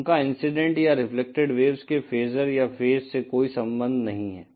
उनका इंसिडेंट या reflected waves के फेसर या फेज से कोई संबंध नहीं है